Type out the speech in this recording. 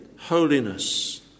holiness